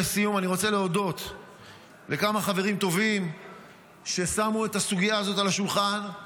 לסיום אני רוצה להודות לכמה חברים טובים ששמו את הסוגיה הזאת על השולחן,